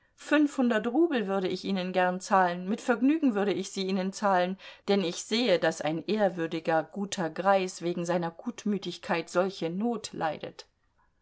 fünfhundert rubel würde ich ihnen gern zahlen mit vergnügen würde ich sie ihnen zahlen denn ich sehe daß ein ehrwürdiger guter greis wegen seiner gutmütigkeit solche not leidet